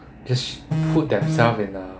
just put themself in a